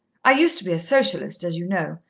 i used to be a socialist, as you know,